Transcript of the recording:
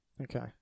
Okay